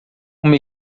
uma